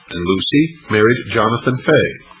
and lucy married jonathan fay.